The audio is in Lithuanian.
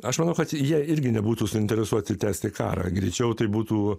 aš manau kad jie irgi nebūtų suinteresuoti tęsti karą greičiau tai būtų